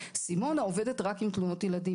סימונה עובדת רק עם תלונות ילדים.